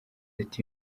ati